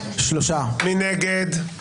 מי נגד?